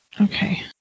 Okay